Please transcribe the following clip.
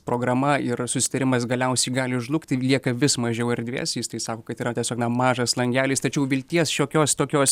programa ir susitarimas galiausiai gali žlugti ir lieka vis mažiau erdvės jis tai sako kad yra tiesiog mažas langelis tačiau vilties šiokios tokios